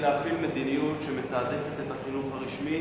היא להפעיל מדיניות שמתעדפת את החינוך הרשמי